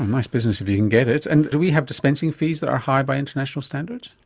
nice business if you can get it. and do we have dispensing fees that are higher by international standards?